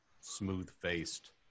smooth-faced